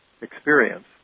experience